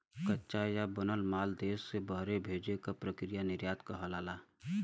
कच्चा या बनल माल देश से बहरे भेजे क प्रक्रिया निर्यात कहलाला